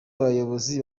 abayobozi